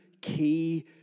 key